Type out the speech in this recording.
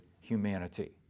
humanity